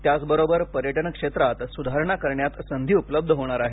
त्याचबरोबर पर्यटन क्षेत्रात सुधारणा करण्यात संधी उपलब्ध होणार आहे